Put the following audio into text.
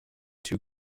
two